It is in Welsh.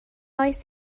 oes